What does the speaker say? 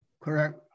Correct